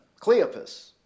Cleopas